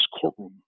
courtroom